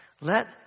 Let